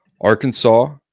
Arkansas